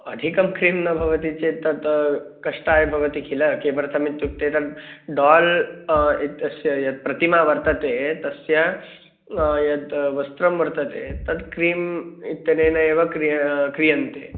अधिकं क्रीं न भवति चेत् तत् कष्टाय भवति किल किमर्थम् इत्युक्ते तद् डाल् इत्यस्य यत् प्रतिमा वर्तते तस्य यद् वस्त्रं वर्तते तद् क्रीम् इत्यनेन एव क्रिय् क्रियते